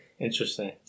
Interesting